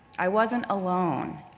i wasn't alone.